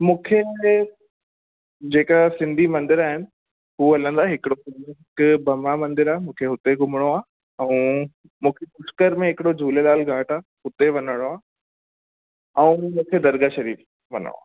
मूंखे इते जेका सिंधी मंदिर आहिनि उहो हलंदा हिकिड़ो हिक ब्रह्मा मंदिर आहे मूंखे हुते घुमणो आहे ऐं मूंखे पुष्कर में हिकिड़ो झूलेलाल घाट आहे उते वञिणो आहे ऐं मूंखे दरग़ाह शरीफ़ वञिणो आहे